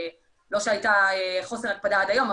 לא שהיה חוסר הקפדה עד היום,